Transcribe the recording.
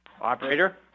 Operator